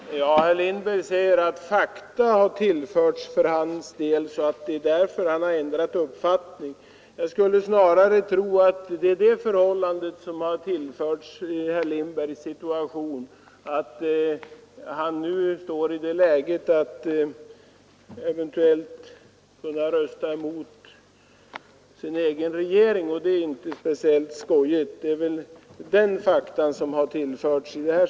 Herr talman! Herr Lindberg säger att han fått del av fakta och att det är därför han ändrat uppfattning. Jag skulle snarare tro att det är det förhållandet som påverkat herr Lindberg att han nu befinner sig i ett sådant läge att han skulle tvingas rösta emot sin egen regering, och det är ju inte speciellt roligt. Det är väl sådana fakta som tillkommit!